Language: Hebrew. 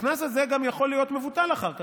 הקנס הזה גם יכול להיות מבוטל אחר כך,